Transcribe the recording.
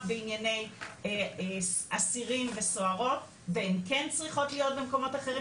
בענייני אסירים וסוהרות והן כן צריכות להיות במקומות אחרים,